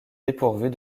dépourvues